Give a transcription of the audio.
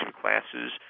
classes